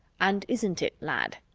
and isn't it, lad?